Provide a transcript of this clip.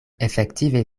efektive